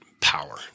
power